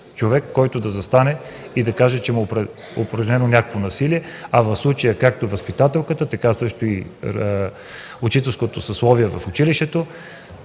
човек, който да застане и да каже, че му е упражнено някакво насилие, а в случая както възпитателката, така също и учителското съсловие в училището